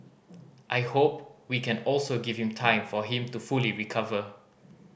I hope we can also give him time for him to fully recover